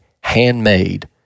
handmade